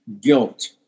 guilt